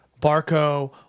Barco